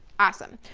awesome.